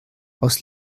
aus